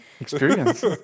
Experience